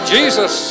Jesus